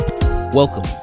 Welcome